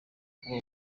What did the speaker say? kuba